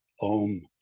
Om